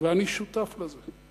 ואני שותף לזה,